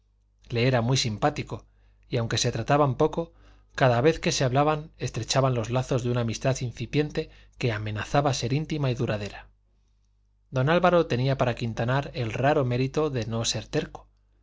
le era muy simpático y aunque se trataban poco cada vez que se hablaban estrechaban los lazos de una amistad incipiente que amenazaba ser íntima y duradera don álvaro tenía para quintanar el raro mérito de no ser terco